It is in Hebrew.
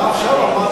אתה עכשיו אמרת.